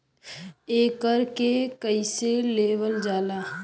एकरके कईसे लेवल जाला?